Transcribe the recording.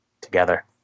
together